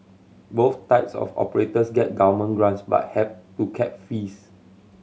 both types of operators get government grants but have to cap fees